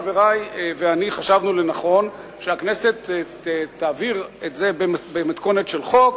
חברי ואני חשבנו לנכון שהכנסת תעביר את זה במתכונת של חוק,